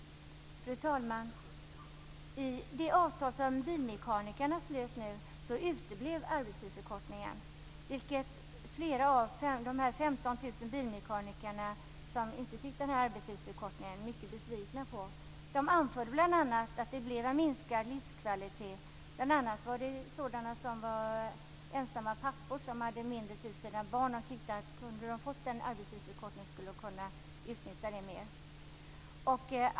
Fru talman! I det avtal som bilmekanikerna slöt nu uteblev arbetstidsförkortningen, vilket flera av de här 15 000 bilmekanikerna som inte fick arbetstidsförkortning är mycket besvikna på. De anförde bl.a. att de fick en minskad livskvalitet. Flera var ensamma pappor, som hade litet tid för sina barn. De tyckte att de hade kunnat utnyttja arbetstidsförkortningen till detta om de hade fått den.